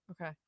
okay